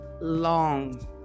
long